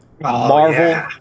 Marvel